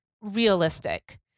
realistic